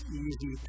easy